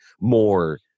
more